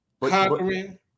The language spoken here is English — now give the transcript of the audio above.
Conquering